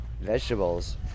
vegetables